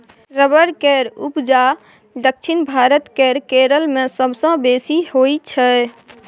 rubber केर उपजा दक्षिण भारत केर केरल मे सबसँ बेसी होइ छै